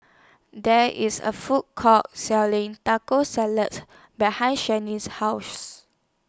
There IS A Food Court Selling Taco Salads behind Shianne's House